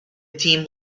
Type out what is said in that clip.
team